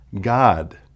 God